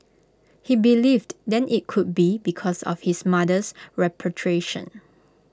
he believed then IT could be because of his mother's repatriation